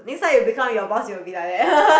next time you become your boss you will be like that